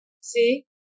see